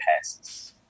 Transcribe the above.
passes